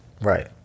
right